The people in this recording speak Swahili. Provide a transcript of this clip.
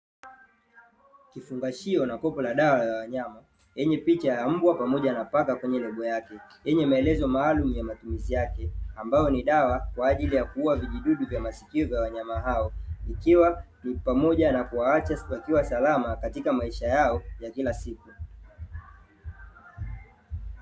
Kifungashio na kopo la dawa ya wanyama, lenye picha ya mbwa pamoja na paka kwenye lebo yake, lenye maelezo maalumu ya matumizi yake, ambayo ni dawa kwa ajili ya kuua vijidudu vya masikio vya wanyama hao. Ikiwa ni pamoja na kuwaacha wakiwa salama katika maisha yao ya kila siku.